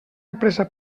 empresa